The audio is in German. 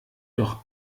doch